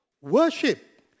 Worship